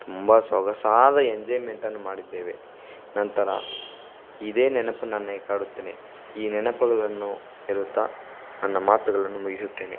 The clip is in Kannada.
ತುಂಬ ಸೊಗಸಾದ ಎಂಜಾಯ್ಮೆಂಟನ್ನು ಮಾಡಿದ್ದೇವೆ ನಂತರ ಇದೇ ನೆನಪು ನನಗೆ ಕಾಡುತ್ತದೆ ಈ ನೆನಪುಗಳನ್ನು ಹೇಳುತ್ತಾ ನನ್ನ ಮಾತುಗಳನ್ನು ಮುಗಿಸುತ್ತೇನೆ